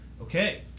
Okay